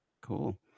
cool